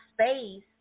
space